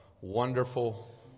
wonderful